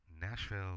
Nashville